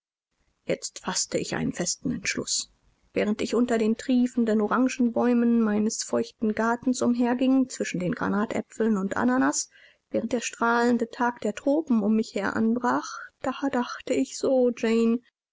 jetzt faßte ich einen festen entschluß während ich unter den triefenden orangenbäumen meines feuchten gartens umherging zwischen den granatäpfeln und ananas während der strahlende tag der tropen um mich heranbrach da dachte ich so jane